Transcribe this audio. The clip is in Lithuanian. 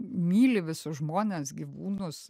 myli visus žmones gyvūnus